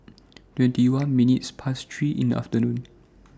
twenty one minutes Past three in The afternoon